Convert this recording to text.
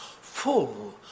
full